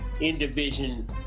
in-division